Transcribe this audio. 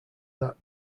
that